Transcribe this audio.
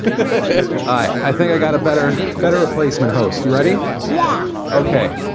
but i think i got a better better replacement host you ready wow okay,